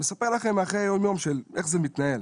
אני מספר לכם מחיי היום יום של איך זה מתנהל.